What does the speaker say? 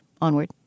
onward